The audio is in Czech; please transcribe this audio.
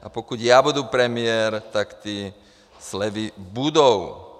A pokud já budu premiér, tak ty slevy budou!